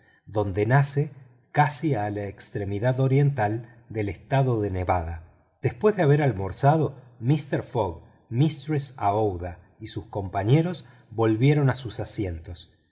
donde nace casi en la extremidad oriental del estado de nevada después de haber almorzado mister fogg mistress aouida y sus compañeros volvieron a sus asientos